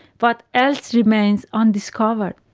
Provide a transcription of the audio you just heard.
but else remains undiscovered?